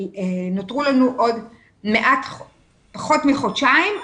נותרו לנו פחות מחודשיים,